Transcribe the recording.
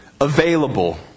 Available